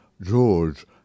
George